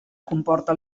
comporta